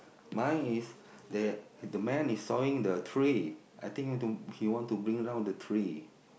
mine is the the man is sawing the tree I think he to he want to bring down the tree